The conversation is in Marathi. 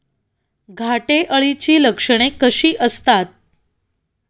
घाटे अळीची लक्षणे कशी असतात?